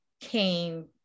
came